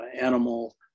animal